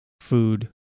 food